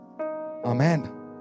Amen